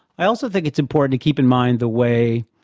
i also think it's important to keep in mind the way,